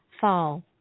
fall